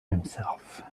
himself